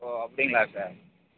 ஓ அப்படிங்களா சார்